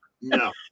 No